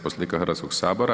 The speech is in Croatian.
Poslovnika Hrvatskog sabora.